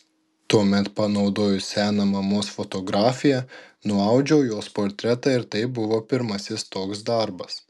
tuomet panaudojus seną mamos fotografiją nuaudžiau jos portretą ir tai buvo pirmasis toks darbas